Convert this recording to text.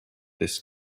this